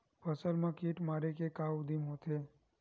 फसल मा कीट मारे के का उदिम होथे?